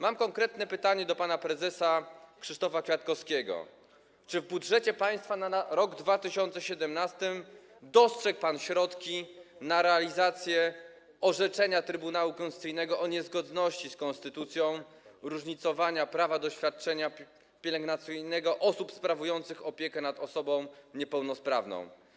Mam konkretne pytanie do pana prezesa Krzysztofa Kwiatkowskiego: Czy w budżecie państwa na rok 2017 dostrzegł pan środki na realizację orzeczenia Trybunału Konstytucyjnego o niezgodności z konstytucją różnicowania prawa do świadczenia pielęgnacyjnego osób sprawujących opiekę nad osobą niepełnosprawną?